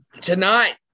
tonight